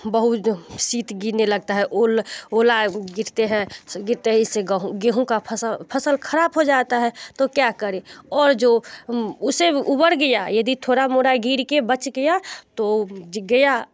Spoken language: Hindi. बहुत शीत गिरने लगता है ओला गिरते हैं गिरते जिससे गेहूँ का फसल फसल खराब हो जाता है तो क्या करें और जो उसे भी उबर गया यदि थोड़ा मोड़ा गिर के बच गया तो जे गया